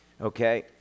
Okay